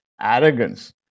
arrogance